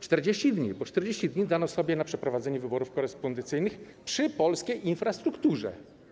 40 dni, bo 40 dni dano sobie na przeprowadzenie wyborów korespondencyjnych przy polskiej infrastrukturze.